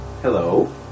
Hello